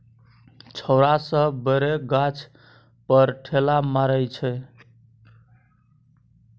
छौरा सब बैरक गाछ पर ढेला मारइ छै